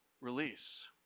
release